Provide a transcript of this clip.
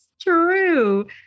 true